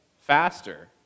faster